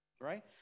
right